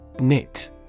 Knit